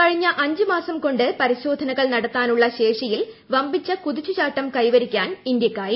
കഴിഞ്ഞ അഞ്ച് മാസം കൊണ്ട് പ്രിശോധനകൾ നടത്താനുള്ള ശേഷിയിൽ വമ്പിച്ച കുതിച്ചുച്ചാട്ടം കൈവരിക്കാൻ ഇന്ത്യക്കായി